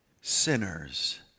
sinners